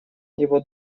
его